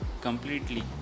completely